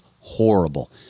horrible